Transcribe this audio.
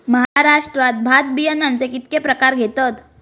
महाराष्ट्रात भात बियाण्याचे कीतके प्रकार घेतत?